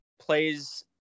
plays